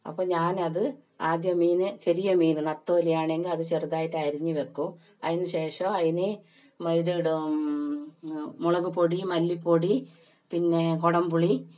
അപ്പം ഞാനത് ആദ്യം മീൻ ചെറിയ മീൻ നത്തോലി ആണെങ്കിൽ അത് ചെറുതായിട്ട് അരിഞ്ഞ് വയ്ക്കും അതിന് ശേഷം അതിന് മൈദ ഇടും മുളക് പൊടി മല്ലിപ്പൊടി പിന്നെ കൊടം പുളി